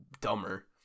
dumber